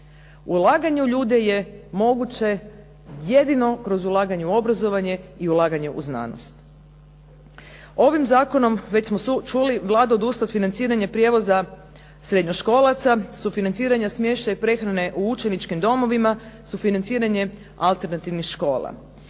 Ulaganje u ljude je moguće jedino kroz ulaganje u obrazovanje i ulaganje u znanost. Ovim zakonom, već smo čuli, Vlada odustaje od financiranja prijevoza srednjoškolaca, sufinanciranja smještaja i prehrane u učeničkim domovima, sufinanciranje alternativnih škola.